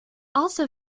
also